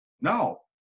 No